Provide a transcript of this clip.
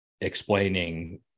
explaining